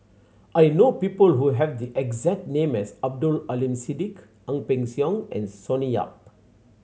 I know people who have the exact name as Abdul Aleem Siddique Ang Peng Siong and Sonny Yap